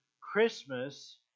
Christmas